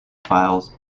files